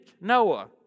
Noah